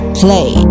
play